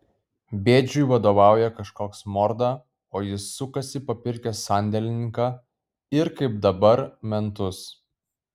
bėdžiui vadovauja kažkoks morda o jis sukasi papirkęs sandėlininką ir kaip dabar mentus